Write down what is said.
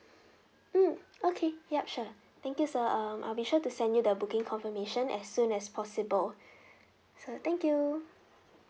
mm okay yup sure thank you sir um I'll be sure to send you the booking confirmation as soon as possible so thank you